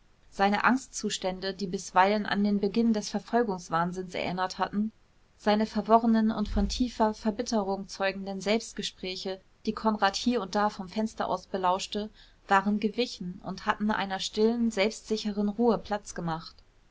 seine angstzustände die bisweilen an den beginn des verfolgungswahnsinns erinnert hatten seine verworrenen und von tiefer verbitterung zeugenden selbstgespräche die konrad hie und da vom fenster aus belauschte waren gewichen und hatten einer stillen selbstsicheren ruhe platz gemacht